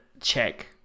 check